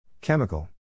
Chemical